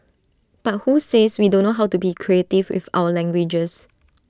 but who says we don't know how to be creative with our languages